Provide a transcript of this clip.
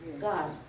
God